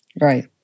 right